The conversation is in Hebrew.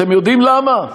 אתם יודעים למה?